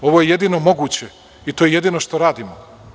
Ovo je jedino moguće i to je jedino što radimo.